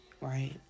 right